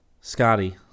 Scotty